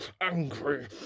angry